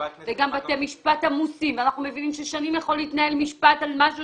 גם בתי משפט עמוסים ואנחנו מבינים ששנים יכול להתנהל משפט על משהו